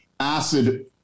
Acid